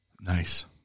nice